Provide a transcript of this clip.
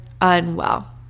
unwell